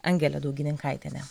angelė daugininkaitienė